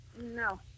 No